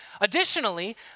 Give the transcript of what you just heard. Additionally